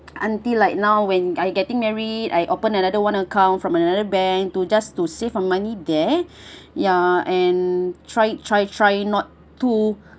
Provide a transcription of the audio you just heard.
until like now when I getting married I open another one account from another bank to just to save my money there ya and try try try not to